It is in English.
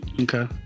okay